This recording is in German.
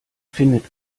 findet